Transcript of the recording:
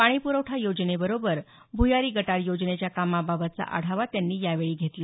पाणी प्रवठा योजनेबरोबर भ्यारी गटारी योजनेच्या कामाबाबतचा आढावा त्यांनी यावेळी घेतला